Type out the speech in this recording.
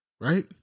Right